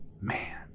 man